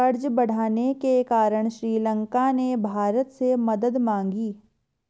कर्ज बढ़ने के कारण श्रीलंका ने भारत से मदद मांगी